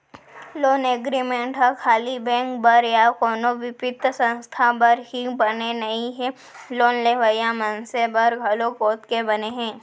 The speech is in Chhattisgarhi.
लोन एग्रीमेंट ह खाली बेंक बर या कोनो बित्तीय संस्था बर ही बने नइ हे लोन लेवइया मनसे बर घलोक ओतके बने हे